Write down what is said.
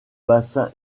bassin